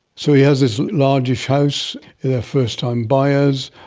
so he has this largish house, they are first-time buyers,